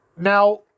Now